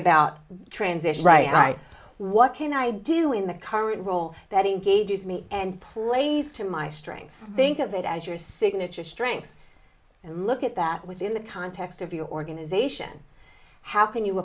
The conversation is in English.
about transition right i what can i do in the current role that engages me and plays to my strengths think of it as your signature strengths and look at that within the context of your organization how can you